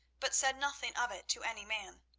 but said nothing of it to any man.